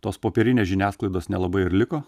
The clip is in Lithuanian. tos popierinės žiniasklaidos nelabai ir liko